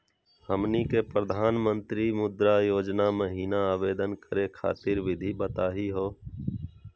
हमनी के प्रधानमंत्री मुद्रा योजना महिना आवेदन करे खातीर विधि बताही हो?